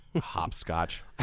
Hopscotch